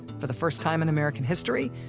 for the first time in american history,